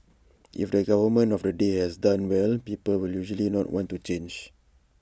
if the government of the day has done well people will usually not want to change